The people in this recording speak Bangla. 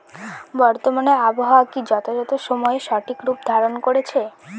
বর্তমানে আবহাওয়া কি যথাযথ সময়ে সঠিক রূপ ধারণ করছে?